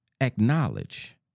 acknowledge